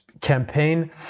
campaign